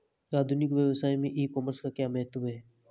आधुनिक व्यवसाय में ई कॉमर्स का क्या महत्व है?